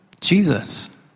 Jesus